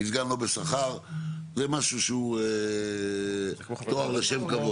כי סגן לא בשכר זה משהו שהוא תואר לשם כבוד.